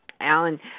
Alan